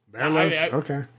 Okay